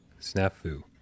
snafu